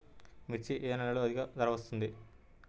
మిర్చి ఏ నెలలో అధిక ధర వస్తుంది?